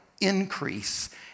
increase